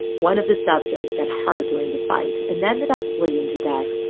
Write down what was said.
one of the subjects got hurt during the fight and ended up bleeding to death.